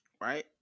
right